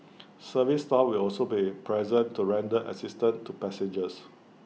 service staff will also be present to render assistance to passengers